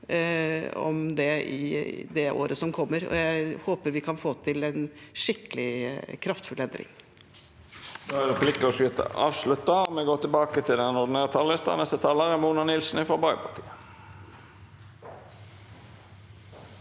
om dette i det året som kommer. Jeg håper vi kan få til en skikkelig kraftfull endring.